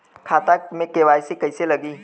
खाता में के.वाइ.सी कइसे लगी?